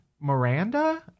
Miranda